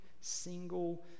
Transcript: single